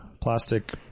Plastic